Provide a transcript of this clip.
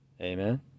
Amen